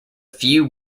few